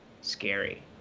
scary